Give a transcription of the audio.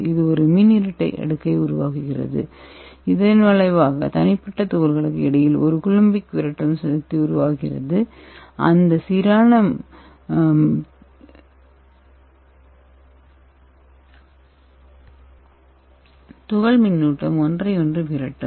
இது ஒரு மின் இரட்டை அடுக்கை உருவாக்குகிறது இதன் விளைவாக தனிப்பட்ட துகள்களுக்கு இடையில் ஒரு கூலம்பிக் விரட்டும் சக்தி உருவாகிறது அந்த சீரான துகள் மின்னூட்டம் ஒன்றையொன்று விரட்டும்